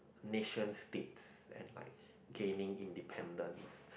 nation states and like gaining independence